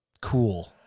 Cool